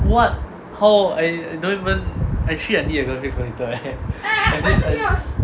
what how I I don't even actually I didn't have graphing calculator eh